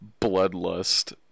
bloodlust